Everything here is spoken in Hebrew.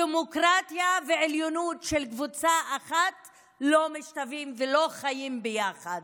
דמוקרטיה ועליונות של קבוצה אחת לא משתווים ולא חיים ביחד,